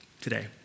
today